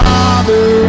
Father